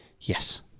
Yes